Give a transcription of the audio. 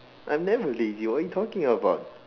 I'm never lazy what are you talking about